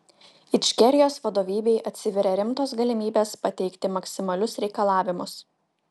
ičkerijos vadovybei atsiveria rimtos galimybės pateikti maksimalius reikalavimus